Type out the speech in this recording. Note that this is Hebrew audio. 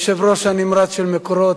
היושב-ראש הנמרץ של "מקורות"